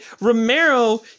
Romero